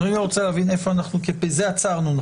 בזה עצרנו.